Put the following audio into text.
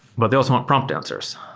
but they also want prompt answers.